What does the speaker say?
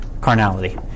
carnality